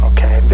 Okay